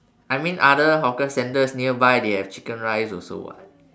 I mean other hawker centres nearby they have chicken rice also [what]